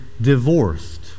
divorced